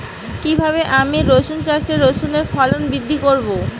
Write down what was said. কীভাবে আমি রসুন চাষে রসুনের ফলন বৃদ্ধি করব?